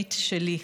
הבין-לאומית שלי,